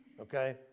Okay